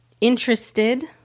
interested